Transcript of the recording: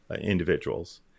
individuals